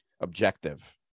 objective